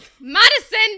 Madison